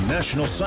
National